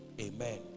amen